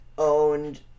owned